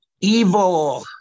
Evil